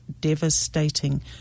devastating